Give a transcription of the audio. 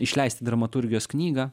išleisti dramaturgijos knygą